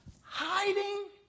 Hiding